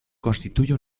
constituye